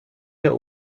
der